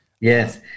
yes